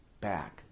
back